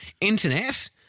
Internet